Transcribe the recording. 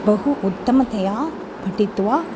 बहु उत्तमतया पठित्वा